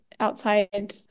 outside